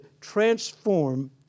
transform